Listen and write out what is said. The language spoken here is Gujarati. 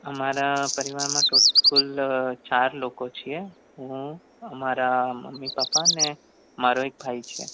આમારા પરિવારમાં કુલ ચાર લોકો છીએ હું અમારા મમ્મી પપ્પા ને મારો એક ભાઈ છે